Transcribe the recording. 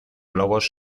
globos